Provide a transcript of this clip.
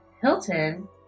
Hilton